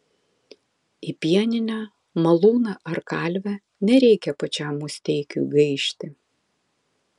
į pieninę malūną ar kalvę nereikia pačiam musteikiui gaišti